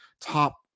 top